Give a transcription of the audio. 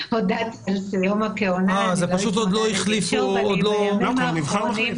הודעתי שסיום הכהונה --- פשוט עוד לא החליפו --- כבר נבחר מחליף.